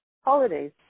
Holidays